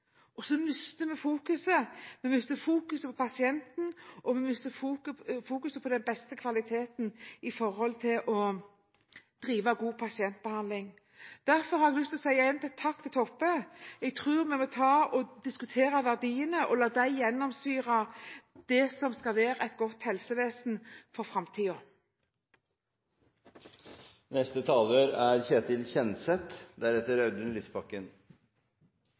Og så mister vi fokuset – vi mister fokuset på pasienten, og vi mister fokuset på den beste kvaliteten i forhold til å drive god pasientbehandling. Derfor har jeg lyst til å si takk til Toppe. Jeg tror vi må ta og diskutere verdiene og la dem gjennomsyre det som skal være et godt helsevesen for framtiden. Jeg takker Kjersti Toppe for en god og viktig interpellasjon. Det er